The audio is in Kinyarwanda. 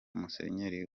musenyeri